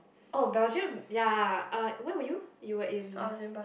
oh Belgium ya uh where were you you were in